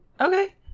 Okay